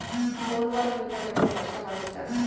ಬೊಲ್ವರ್ಮ್ನಿಂದ ಬೆಳೆಗೆ ನಷ್ಟವಾಗುತ್ತ?